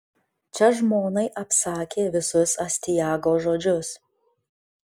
čia žmonai apsakė visus astiago žodžius